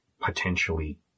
potentially